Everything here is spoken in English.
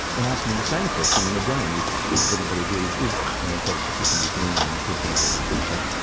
and asking the same question in a brain, which everybody agrees is an intelligent system with meaning and intentionality as they say.